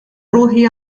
ruħi